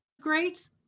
great